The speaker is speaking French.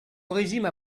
régime